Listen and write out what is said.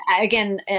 again